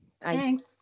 thanks